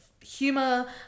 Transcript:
humor